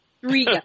Three